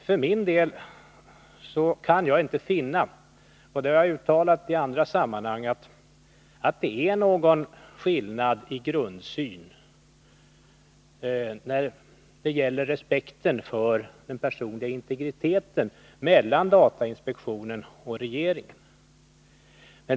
För min del kan jag inte finna — det har jag uttalat i andra sammanhang-— att det föreligger någon skillnad mellan datainspektionens och regeringens grundsyn när det gäller respekten för den personliga integriteten.